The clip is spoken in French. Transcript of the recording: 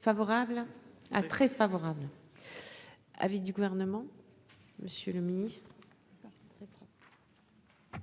Favorable à très favorable à du gouvernement Monsieur le Ministre, c'est ça.